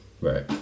Right